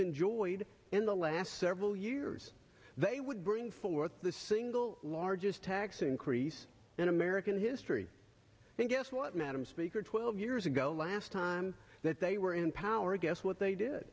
enjoyed in the last several years they would bring forward the single largest tax increase in american history and guess what madam speaker twelve years ago last time that they were in power guess what they did